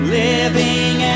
living